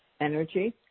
energy